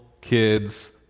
kids